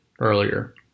earlier